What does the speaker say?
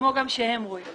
כמו שהם רואים.